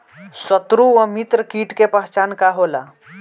सत्रु व मित्र कीट के पहचान का होला?